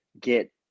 get